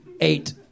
Eight